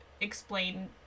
explain